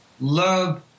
love